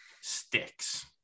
sticks